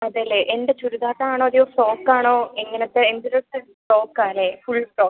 അതെയല്ലേ എന്ത് ചുരിദാർ ആണോ അതോ ഫ്രോക്ക് ആണോ എങ്ങനെത്തെ ഫ്രോക്കാ അല്ലേ ഫുൾ ഫ്രോക്ക്